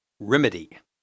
Remedy